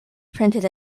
printed